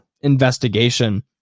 investigation